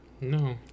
No